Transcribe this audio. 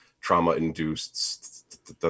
trauma-induced